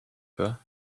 her